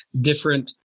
different